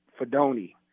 Fedoni